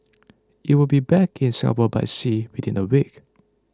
it will be back in Singapore by sea within a week